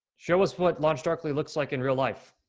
show us what launchdarkly looks like in real life.